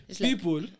People